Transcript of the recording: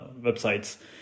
websites